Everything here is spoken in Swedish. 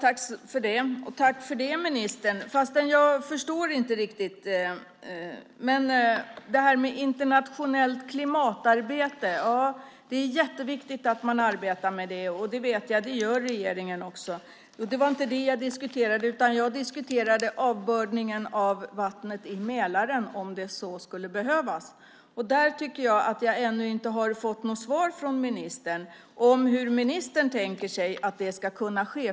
Herr talman! Tack för det, ministern, fastän jag inte riktigt förstår. Det är jätteviktigt att man arbetar med internationellt klimatarbete. Det vet jag också att regeringen gör. Men det var inte det jag diskuterade. Jag diskuterade avbördningen av vatten i Mälaren om det så skulle behövas. Där tycker jag att jag ännu inte har fått något svar från ministern om hur ministern tänker sig att det ska kunna ske.